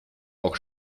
auch